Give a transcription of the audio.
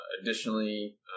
Additionally